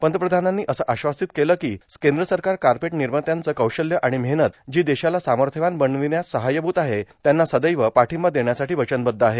पंतप्रधानांनी असं आर्श्वाासत केलं कों कद्र सरकार कापट निमात्यांचं कौशल्य आर्गाण मेहनत जी देशाला सामथ्यवान बर्नावण्यास साहाय्यभूत आहे त्यांना सदैव पार्ाठंबा देण्यासाठी वचनबद्ध आहे